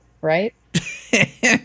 right